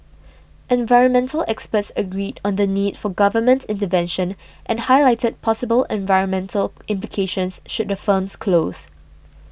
environmental experts agreed on the need for government intervention and highlighted possible environmental implications should the firms close